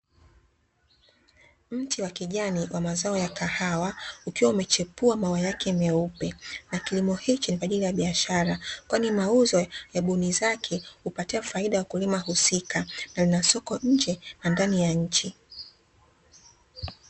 Mti wa kijani wa mazao ya kahawa ukiwa umechepua maua yake meupe, na kilimo hichi ni kwa ajili ya biashara kwani mauzo ya buni zake hupatia faida wakulima husika na ina soko nje na ndani ya nchi.